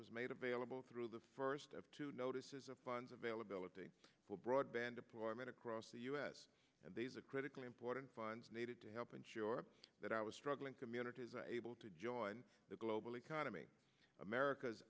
was made available through the first of two notices of funds available it will broadband deployment across the u s and these are critically important funds needed to help ensure that i was struggling communities able to join the global economy america's